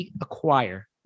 acquire